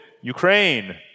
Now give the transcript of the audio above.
Ukraine